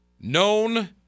known